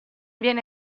viene